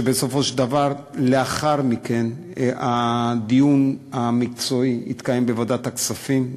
שבסופו של דבר לאחר מכן הדיון המקצועי יתקיים בוועדת הכספים,